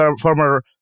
former